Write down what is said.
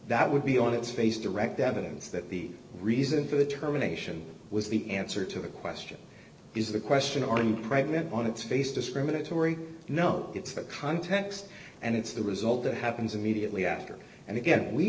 that would be on its face direct evidence that the reason for the termination was the answer to the question is the question are in private on its face discriminatory you know it's that context and it's the result that happens immediately after and again we